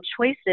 choices